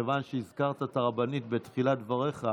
מכיוון שהזכרת את הרבנית המנוחה בתחילת דבריך,